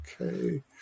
Okay